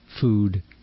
food